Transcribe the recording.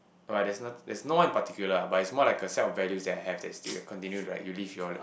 but but there's none there's no one in particular ah but it's more like a set of values that I have that is still continue to like you live your